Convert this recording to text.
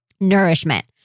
Nourishment